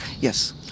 Yes